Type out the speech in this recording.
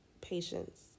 patience